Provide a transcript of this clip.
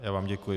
Já vám děkuji.